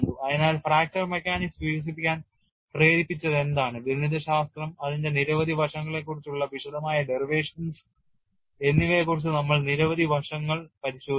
അതിനാൽ fracture mechanics വികസിപ്പിക്കാൻ പ്രേരിപ്പിച്ചതെന്താണ് ഗണിതശാസ്ത്രം അതിന്റെ നിരവധി വശങ്ങളെക്കുറിച്ചുള്ള വിശദമായ derivations എന്നിവയെക്കുറിച്ച് നമ്മൾ നിരവധി വശങ്ങൾ പരിശോധിച്ചു